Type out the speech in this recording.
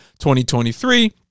2023